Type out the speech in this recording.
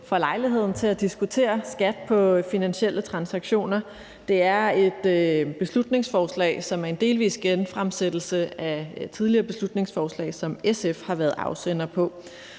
for lejligheden til at diskutere skat på finansielle transaktioner. Det er et beslutningsforslag, som er en delvis genfremsættelse af et tidligere beslutningsforslag, som SF var afsender på.